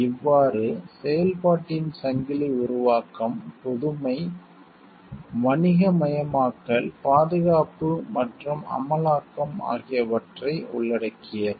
இவ்வாறு செயல்பாட்டின் சங்கிலி உருவாக்கம் புதுமை வணிகமயமாக்கல் பாதுகாப்பு மற்றும் அமலாக்கம் ஆகியவற்றை உள்ளடக்கியது